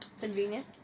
Convenient